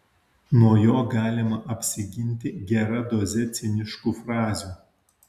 nuo jo galima apsiginti gera doze ciniškų frazių